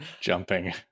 Jumping